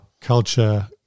culture